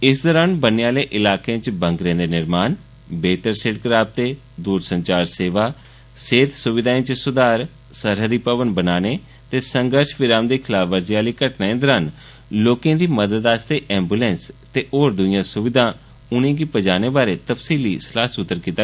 इस दरान बन्ने आहले इलाके च बंकरे दे निर्माण बेहतर सिड़क राबतें दूर संचार सेवा सेहत सुविधाएं च सुधार सरहदी भवन बनाने ते संघर्ष विराम दी खलाफवर्जी आहली घटनाएं दरान लोकें दी मदद आस्तै एम्बुलैंस ते होर दुईयां सुविधां देने बारै सलाह सूतर कीता